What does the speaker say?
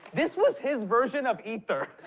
this was his version of ether.